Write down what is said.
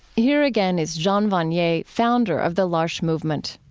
here again is jean vanier, founder of the l'arche movement